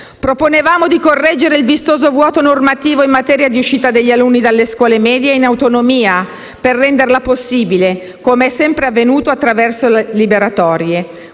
Proponevamo di correggere il vistoso vuoto normativo in materia di uscita degli alunni dalle scuole medie in autonomia per renderla possibile, come è sempre avvenuto attraverso liberatorie